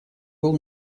был